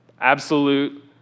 absolute